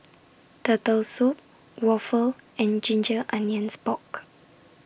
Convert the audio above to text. Turtle Soup Waffle and Ginger Onions Pork